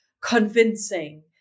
convincing